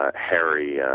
ah harry yeah